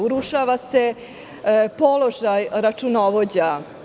Urušava se položaj računovođa.